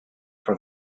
for